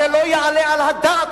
הרי לא יעלה על הדעת,